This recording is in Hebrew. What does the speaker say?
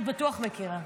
את בטוח מכירה.